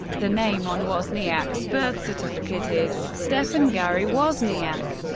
the name on wozniak's birth certificate is stephan gary wozniak,